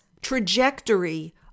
trajectory